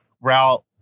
route